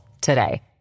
today